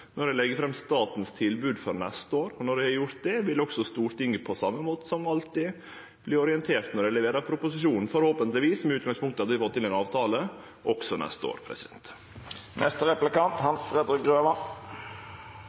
når eg legg fram tilbodet frå staten for neste år. Når eg har gjort det, vil også Stortinget, på same måten som alltid, verte orientert når eg leverer proposisjonen – forhåpentlegvis med utgangspunkt i at me har fått til ein avtale også neste år.